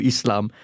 Islam